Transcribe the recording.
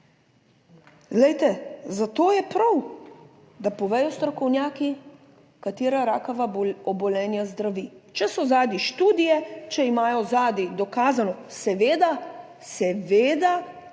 zato je prav, da povedo strokovnjaki, katera rakava obolenja zdravi, če so zadaj študije, če imajo zadaj dokazano, seveda pa